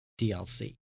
DLC